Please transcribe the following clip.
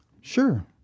Sure